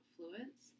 Fluence